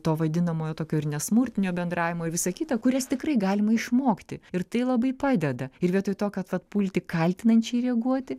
to vadinamojo tokio ir nesmurtinio bendravimo ir visa kita kurias tikrai galima išmokti ir tai labai padeda ir vietoj to kad vat pulti kaltinančiai reaguoti